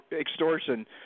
extortion